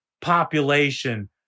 population